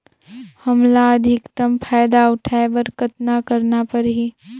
हमला अधिकतम फायदा उठाय बर कतना करना परही?